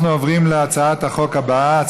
אנחנו עוברים להצעת החוק הבאה,